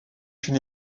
une